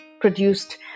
produced